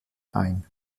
ein